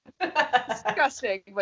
Disgusting